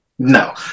No